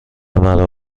مرا